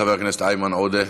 חבר הכנסת איימן עודה,